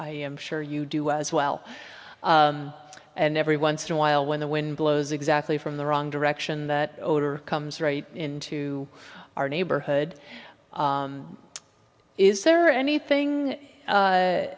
am sure you do as well and every once in a while when the wind blows exactly from the wrong direction that odor comes right into our neighborhood is there anything